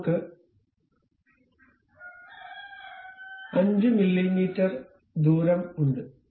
അതിനാൽ നമ്മുക്ക് 5 മില്ലീമീറ്റർ ദൂരം ഉണ്ട്